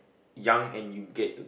young and you get